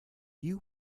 you